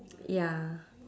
ya